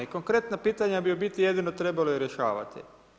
I konkretna pitanja bi u biti jedino trebali rješavati.